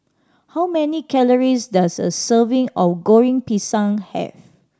how many calories does a serving of Goreng Pisang have